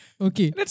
Okay